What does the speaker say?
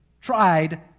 tried